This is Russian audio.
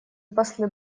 послы